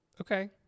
Okay